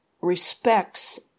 respects